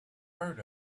heard